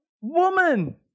woman